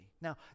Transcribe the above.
Now